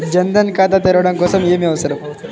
జన్ ధన్ ఖాతా తెరవడం కోసం ఏమి అవసరం?